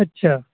اچھا